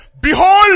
Behold